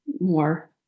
more